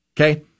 Okay